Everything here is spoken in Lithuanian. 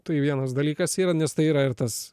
tai vienas dalykas yra nes tai yra ir tas